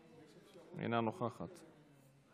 אינה נוכחת,